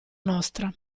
nostra